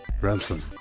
ransom